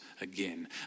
again